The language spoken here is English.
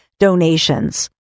donations